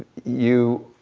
you,